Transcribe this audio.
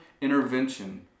intervention